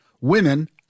women